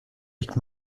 avec